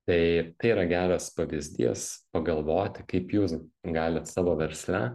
tai tai yra geras pavyzdys pagalvoti kaip jūs galit savo versle